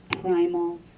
primal